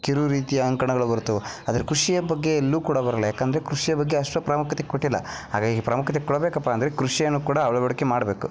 ಕಿರು ರೀತಿಯ ಅಂಕಣಗಳು ಬರುತ್ತವೆ ಆದ್ರೆ ಕೃಷಿಯ ಬಗ್ಗೆ ಎಲ್ಲೂ ಕೂಡ ಬರಲ್ಲ ಏಕಂದ್ರೆ ಕೃಷಿಯ ಬಗ್ಗೆ ಅಷ್ಟು ಪ್ರಾಮುಖ್ಯತೆ ಕೊಟ್ಟಿಲ್ಲ ಹಾಗಾಗಿ ಪ್ರಾಮುಖ್ಯತೆ ಕೊಡಬೇಕಪ್ಪ ಅಂದರೆ ಕೃಷಿಯನ್ನು ಕೂಡ ಅಳವಡಿಕೆ ಮಾಡಬೇಕು